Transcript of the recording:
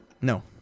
No